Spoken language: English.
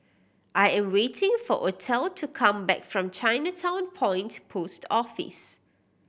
I am waiting for Othel to come back from Chinatown Point Post Office